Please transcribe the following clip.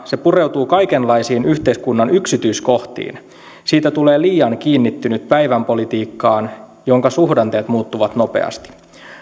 se toisaalta pureutuu kaikenlaisiin yhteiskunnan yksityiskohtiin siitä tulee liian kiinnittynyt päivänpolitiikkaan jonka suhdanteet muuttuvat nopeasti